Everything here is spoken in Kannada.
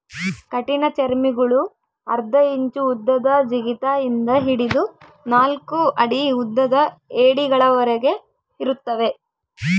ಕಠಿಣಚರ್ಮಿಗುಳು ಅರ್ಧ ಇಂಚು ಉದ್ದದ ಜಿಗಿತ ಇಂದ ಹಿಡಿದು ನಾಲ್ಕು ಅಡಿ ಉದ್ದದ ಏಡಿಗಳವರೆಗೆ ಇರುತ್ತವೆ